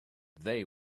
they